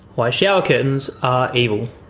why shower curtains are evil.